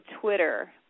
Twitter